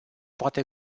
poate